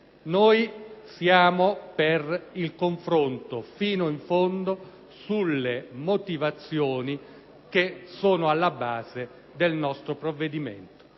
noi siamo per il confronto fino in fondo sulle motivazioni che sono alla base del provvedimento.